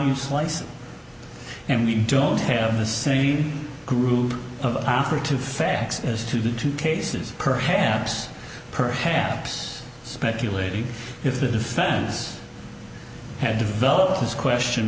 you slice it and we don't have the same group of after two facts as to the two cases perhaps perhaps speculating if the defense had developed this question